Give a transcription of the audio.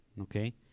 okay